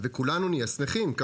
וכולנו נהיה שמחים.